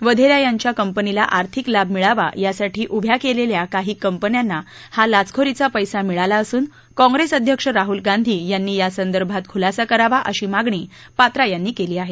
वधेरा यांच्या कंपनीला आर्थिक लाभ मिळावा यासाठी उभ्या केलेल्या काही कंपन्यांना हा लाचखोरीचा पैसा मिळाला असून काँप्रेस अध्यक्ष राहूल गांधी यांनी यासंदर्भात खुलासा करावा अशी मागणी पात्रा यांनी केली आहे